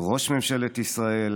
של ראש ממשלת ישראל,